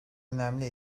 önemli